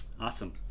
Awesome